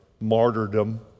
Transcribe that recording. martyrdom